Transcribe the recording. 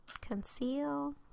Conceal